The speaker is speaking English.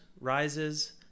rises